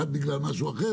אחת בגלל משהו אחר,